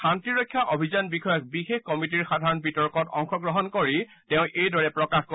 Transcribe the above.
শান্তি ৰক্ষা অভিযান বিষয়ক বিশেষ কমিটীৰ সাধাৰণ বিতৰ্কত অংশগ্ৰহণ কৰি তেওঁ এইদৰে প্ৰকাশ কৰে